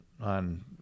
on